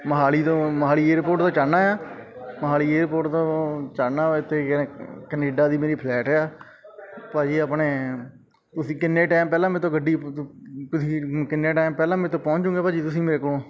ਮੋਹਾਲੀ ਤੋਂ ਮੋਹਾਲੀ ਏਅਰਪੋਰਟ ਤੋਂ ਚੜ੍ਹਨਾ ਆ ਮੋਹਾਲੀ ਏਅਰਪੋਰਟ ਤੋਂ ਚੜ੍ਹਨਾ ਇੱਥੇ ਕਨੇਡਾ ਦੀ ਮੇਰੀ ਫਲੈਟ ਆ ਭਾਅ ਜੀ ਆਪਣੇ ਤੁਸੀਂ ਕਿੰਨੇ ਟਾਈਮ ਪਹਿਲਾਂ ਮੇਰੇ ਤੋਂ ਗੱਡੀ ਤੁਸੀਂ ਕਿੰਨੇ ਟਾਈਮ ਪਹਿਲਾਂ ਮੇਰੇ ਤੋਂ ਪਹੁੰਚ ਜਾਓਗੇ ਭਾਅ ਜੀ ਤੁਸੀਂ ਮੇਰੇ ਕੋਲ